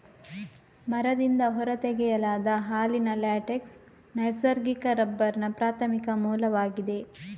ಮರದಿಂದ ಹೊರ ತೆಗೆಯಲಾದ ಹಾಲಿನ ಲ್ಯಾಟೆಕ್ಸ್ ನೈಸರ್ಗಿಕ ರಬ್ಬರ್ನ ಪ್ರಾಥಮಿಕ ಮೂಲವಾಗಿದೆ